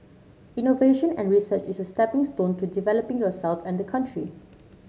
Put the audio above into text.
innovation and research is a stepping stone to developing yourself and the country